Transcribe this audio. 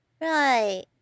Right